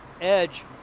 edge